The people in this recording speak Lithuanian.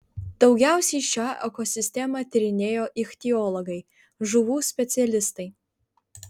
daugiausiai šią ekosistemą tyrinėjo ichtiologai žuvų specialistai